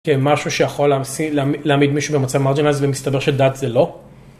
משהו שיכול להעמיד מישהו במצב מרג'ינליז ומסתבר שדת זה לא?